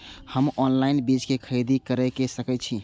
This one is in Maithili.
हम ऑनलाइन बीज के खरीदी केर सके छी?